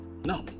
no